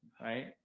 Right